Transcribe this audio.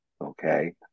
okay